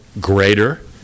greater